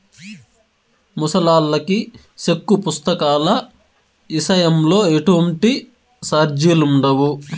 ముసలాల్లకి సెక్కు పుస్తకాల ఇసయంలో ఎటువంటి సార్జిలుండవు